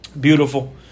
beautiful